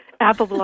apple